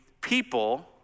people